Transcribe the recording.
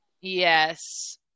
Yes